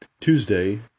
Tuesday